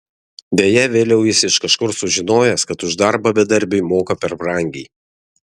deja vėliau jis iš kažkur sužinojęs kad už darbą bedarbiui moka per brangiai